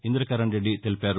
ఇందకరణ్రెడ్డి తెలిపారు